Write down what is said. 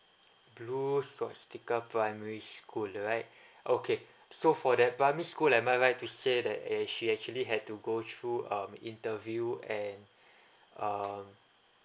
blue sostical primary school right okay so for that primary school am I right to say that eh she actually had to go through um interview and um